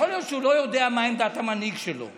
ויכול להיות שהוא לא יודע מה עמדת המנהיג שלו.